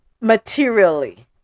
materially